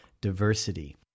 diversity